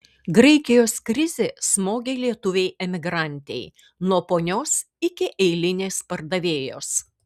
graikijos krizė smogė lietuvei emigrantei nuo ponios iki eilinės pardavėjos